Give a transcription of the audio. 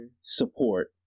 support